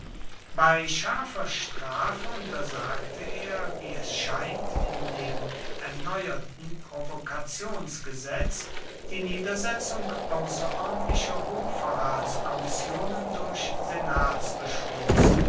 bei scharfer strafe untersagte er wie es scheint in dem erneuerten provokationsgesetz die niedersetzung außerordentlicher hochverratskommissionen durch